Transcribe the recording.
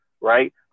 right